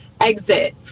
exit